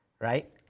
right